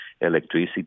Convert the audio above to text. Electricity